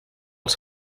els